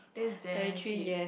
that's damn cheap